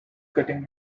cutting